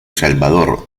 salvador